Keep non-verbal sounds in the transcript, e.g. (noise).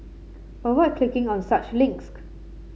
avoid clicking on such (unintelligible)